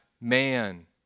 man